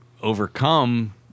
overcome